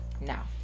Now